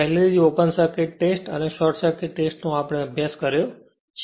પહેલેથી જ open circuit test અને શોર્ટ સર્કિટ નો આપણે અભ્યાસ કર્યો છે